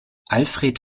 alfred